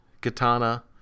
Katana